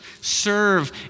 Serve